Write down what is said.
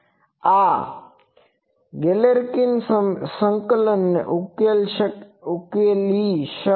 આ ગેલેરકીન સંકલનને ઉકેલી શકે છે